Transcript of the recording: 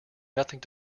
nothing